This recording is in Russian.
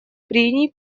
прений